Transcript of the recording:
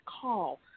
call